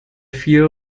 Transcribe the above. vier